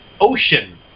Ocean